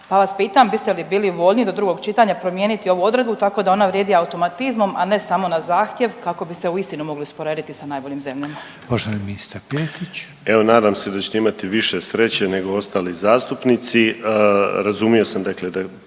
Pa vas pitam biste li bili voljni do drugog čitanja promijeniti ovu odredbu tako da ona vrijedi automatizmom, a ne samo na zahtjev kako bi se uistinu mogli usporediti sa najboljim zemljama. **Reiner, Željko (HDZ)** Poštovani ministar Piletić. **Piletić, Marin (HDZ)** Evo, nadam se da ćete imati više sreće nego ostali zastupnici. Razumio sam dakle da